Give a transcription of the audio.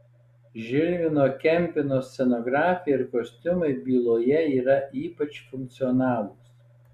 žilvino kempino scenografija ir kostiumai byloje yra ypač funkcionalūs